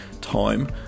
time